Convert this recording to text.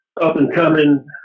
up-and-coming